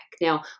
Now